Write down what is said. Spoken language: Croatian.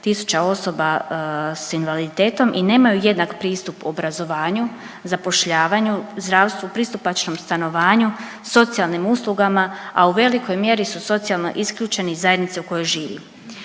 tisuća osoba s invaliditetom i nemaju jednak pristup obrazovanju, zapošljavanju, zdravstvu, pristupačnom stanovanju, socijalnim uslugama, a u velikoj mjeri su socijalno isključeni iz zajednice u kojoj živi.